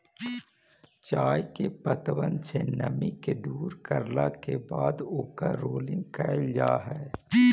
चाय के पत्तबन से नमी के दूर करला के बाद ओकर रोलिंग कयल जा हई